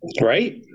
Right